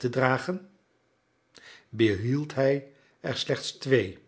dragen behield hij er slechts twee